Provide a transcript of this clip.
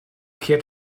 kehrt